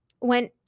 went